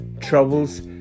troubles